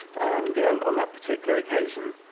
and on that particular occasion,